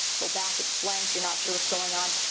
go back, it's blank. you're not sure what's going on.